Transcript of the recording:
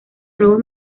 nuevos